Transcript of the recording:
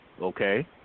Okay